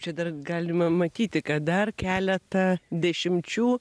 čia dar galima matyti kad dar keletą dešimčių